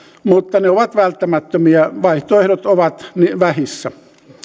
mutta ne ovat välttämättömiä vaihtoehdot ovat vähissä